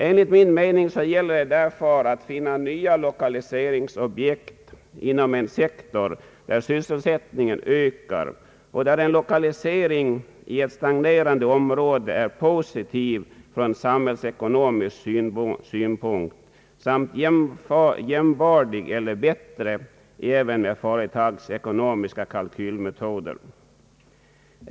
Enligt min mening gäller det därför att finna nya lokaliseringsobjekt inom en sektor där sysselsättningen ökar och där en lokalisering i ett stagnerande område från samhällsekonomisk synpunkt är positiv samt jämbördig eller bättre, mätt med företagsekonomiska kalkyler.